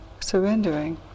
surrendering